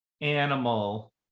animal